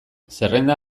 zerrenda